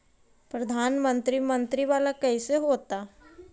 प्रधानमंत्री मंत्री वाला कैसे होता?